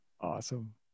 Awesome